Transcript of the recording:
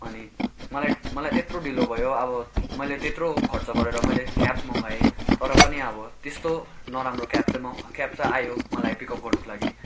अनि मलाई मलाई त्यत्रो ढिलो भयो अब मैले त्यत्रो खर्च गरेर मैले क्याब मगाएँ तर पनि अब त्यस्तो नराम्रो क्याब चाहिँ म क्याब चाहिँ आयो मलाई पिक अप गर्नुको लागि